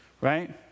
right